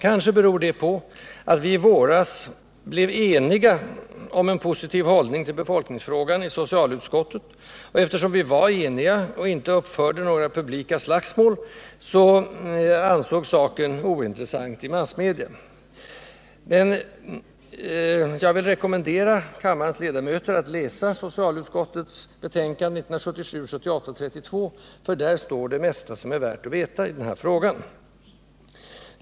Kanske beror detta på att vi i våras blev eniga om en positiv hållning till befolkningsfrågan i socialutskottet, och eftersom vi var eniga och inte uppförde något publikt slagsmål, så ansågs saken ointressant i massmedia. Jag vill emellertid rekommendera kammarens ledamöter att läsa socialutskottets betänkande 1977/78:32. Där står nämligen det mesta som är värt att veta i den här frågan.